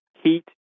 heat